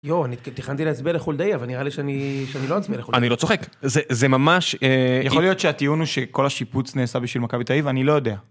יואו, אני תכנתי להצביע לחולדאי, אבל נראה לי שאני לא אצביע לחולדאי. אני לא צוחק. זה ממש... יכול להיות שהטיעון הוא שכל השיפוץ נעשה בשביל מכבי תל אביב, אני לא יודע.